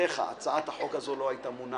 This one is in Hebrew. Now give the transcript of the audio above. שבלעדיך הצעת החוק הזאת לא היה מונחת.